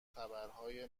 خبرهای